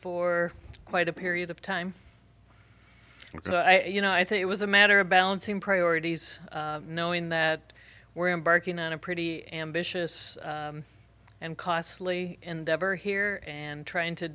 for quite a period of time you know i think it was a matter of balancing priorities knowing that we're embarking on a pretty ambitious and costly endeavor here and trying to